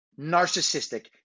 narcissistic